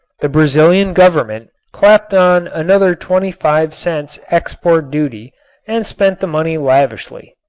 the brazilian government clapped on another twenty five cents export duty and spent the money lavishly.